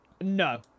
No